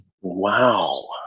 Wow